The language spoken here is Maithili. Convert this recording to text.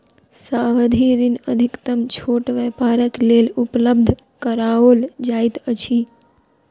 सावधि ऋण अधिकतम छोट व्यापारक लेल उपलब्ध कराओल जाइत अछि